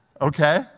okay